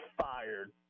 fired